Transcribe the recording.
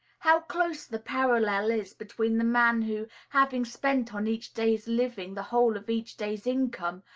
how close the parallel is between the man who, having spent on each day's living the whole of each day's income,